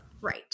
Right